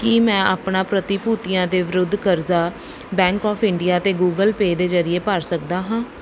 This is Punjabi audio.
ਕੀ ਮੈਂ ਆਪਣਾ ਪ੍ਰਤੀਭੂਤੀਆਂ ਦੇ ਵਿਰੁੱਧ ਕਰਜ਼ਾ ਬੈਂਕ ਆਫ ਇੰਡੀਆ ਅਤੇ ਗੁਗਲ ਪੇ ਦੇ ਜ਼ਰੀਏ ਭਰ ਸਕਦਾ ਹਾਂ